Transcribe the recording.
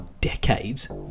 decades